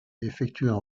effectuent